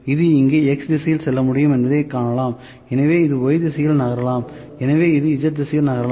இது இங்கே X திசையில் செல்ல முடியும் என்பதைக் காணலாம் எனவே இது Y திசையில் நகரலாம் எனவே இது Z திசையில் நகரலாம்